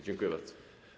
Dziękuję bardzo.